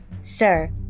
Sir